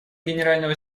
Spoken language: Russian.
генерального